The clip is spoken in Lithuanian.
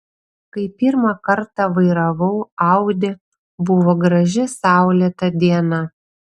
kai pirmą kartą vairavau audi buvo graži saulėta diena